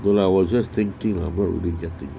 well I was just thinking about getting